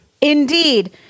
Indeed